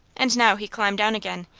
and now he climbed down again,